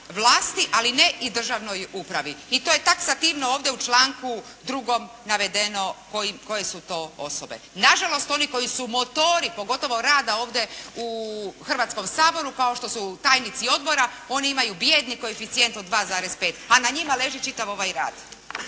vlasti, ali ne i državnoj upravi i to je taksativno ovdje u članku 2. navedeno koje su to osobe. Na žalost oni koji su motori pogotovo rada ovdje u Hrvatskom saboru, kao što su tajnici odbora, oni imaju bijedni koeficijent od 2,5 a na njima leži čitav ovaj rad,